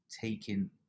taking